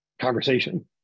conversation